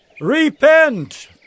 Repent